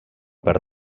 per